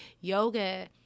yoga